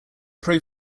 pro